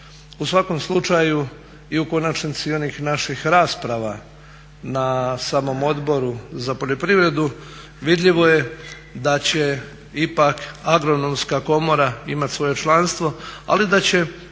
U svakom slučaju i u konačnici i onih naših rasprava na samom Odboru za poljoprivredu vidljivo je da će ipak agronomska komora imati svoje članstvo ali da će